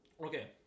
Okay